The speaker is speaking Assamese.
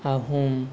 আহোম